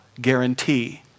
guarantee